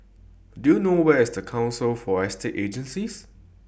Do YOU know Where IS Council For Estate Agencies